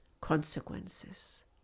consequences